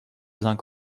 zinc